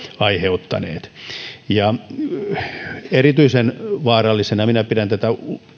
aiheuttaneet erityisen vaarallisena minä pidän tätä